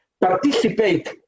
participate